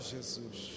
Jesus